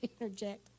interject